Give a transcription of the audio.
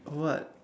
what